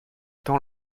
tant